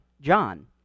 John